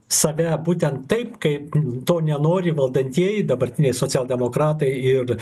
save būtent taip kaip to nenori valdantieji dabartiniai socialdemokratai ir